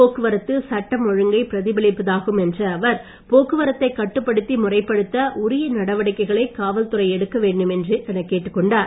போக்குவரத்து சட்டம் ஒழுங்கை பிரதிபலிப்பதாகும் என்ற அவர் போக்குவரத்தைக் கட்டுப்படுத்தி முறைப்படுத்த உரிய நடவடிக்கைகளை காவல்துறை எடுக்க வேண்டும் எனக் கேட்டுக் கொண்டார்